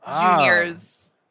juniors